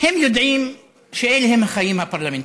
הם יודעים שאלה החיים הפרלמנטריים.